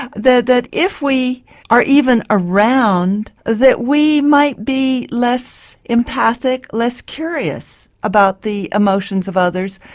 ah that that if we are even around, that we might be less empathic, less curious about the emotions of others,